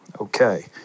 Okay